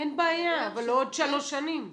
אין בעיה, אבל לא עוד שלוש שנים.